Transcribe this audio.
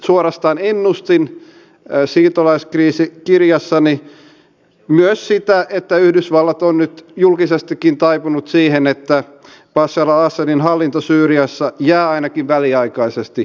onko ministeriössä miten valmistelu edennyt sen suhteen että esimerkiksi ansiosidonnaista voisi käyttää starttirahanomaisesti jatkossa myös itsensä työllistämiseen eikä vain pelkästään valmiin työpaikan etsimiseen